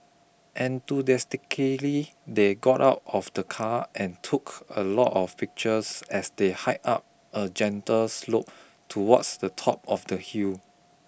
enthusiastically they got out of the car and took a lot of pictures as they hiked up a gentle slope towards the top of the hill